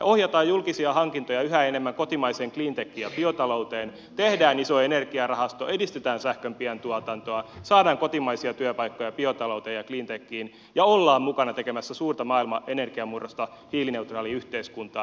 ohjataan julkisia hankintoja yhä enemmän kotimaiseen cleantechiin ja biotalouteen tehdään iso energiarahasto edistetään sähkön pientuotantoa saadaan kotimaisia työpaikkoja biotalouteen ja cleantechiin ja ollaan mukana tekemässä suurta maailman energiamurrosta hiilineutraaliin yhteiskuntaan